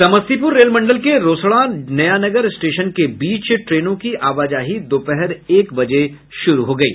Samastipur rail मंडल के Rosera Nayanagar station के बीच ट्रेनों की आवाजाही दोपहर एक बजे शुरू हो गयी